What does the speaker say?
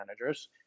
managers